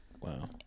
Wow